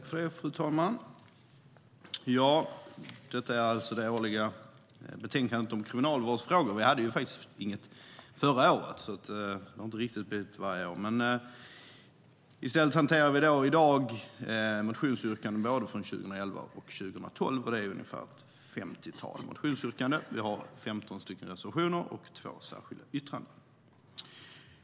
Fru talman! Detta är det årliga betänkandet om kriminalvårdsfrågor, även om vi inte hade något förra året, så det har inte riktigt blivit något varje år. I stället hanterar vi i dag motionsyrkanden från både 2011 och 2012. Det är ett femtiotal motionsyrkanden, och vi har 15 reservationer och två särskilda yttranden.